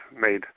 made